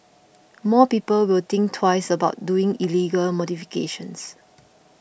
more people will think twice about doing illegal modifications